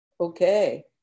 Okay